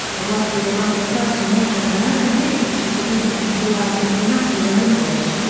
the work is among the first in major american literature to be written throughout in vernacular english,